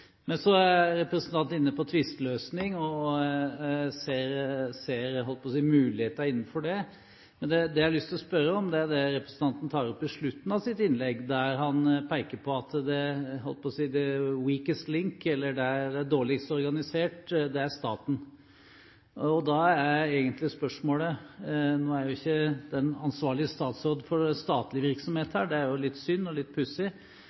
Men det jeg har lyst til å spørre om, er det representanten tar opp på slutten av sitt innlegg, der han peker på at «the weakest link», eller der det er dårligst organisert, er staten. Da er egentlig spørsmålet – nå er jo ikke den ansvarlige statsråd for statlig virksomhet her; det er jo litt synd og litt pussig: